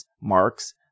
marks